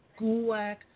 Gulak